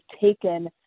taken